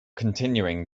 continuing